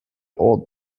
old